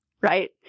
right